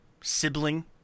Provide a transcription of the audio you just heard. sibling